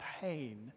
pain